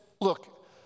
look